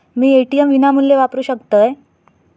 मी ATM विनामूल्य वापरू शकतय?